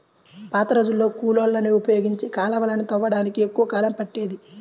పాతరోజుల్లో కూలోళ్ళని ఉపయోగించి కాలవలని తవ్వడానికి ఎక్కువ కాలం పట్టేది